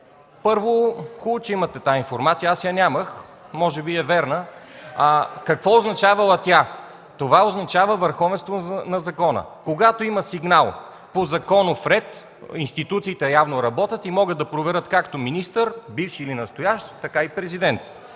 Първо, хубаво е, че имате тази информация, аз я нямах. Може би е вярна. Какво означавала тя? Това означава върховенство на закона. Когато има сигнал по законов ред, институциите явно работят и могат да проверят както министър – бивш или настоящ, така и Президент.